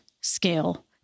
scale